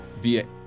via